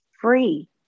free